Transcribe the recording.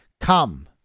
Come